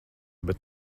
bet